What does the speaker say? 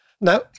now